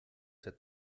der